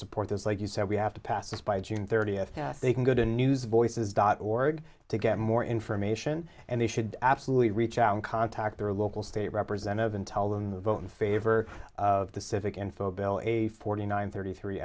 support those like you said we have to pass this by june thirtieth they can go to news voices dot org to get more information and they should absolutely reach out and contact their local state representative and tell them vote in favor of the civic info bill a forty nine thirty three